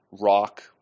rock